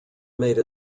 made